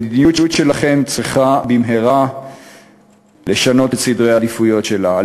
המדיניות שלכם צריכה לשנות במהרה את סדרי העדיפויות שלה.